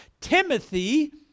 Timothy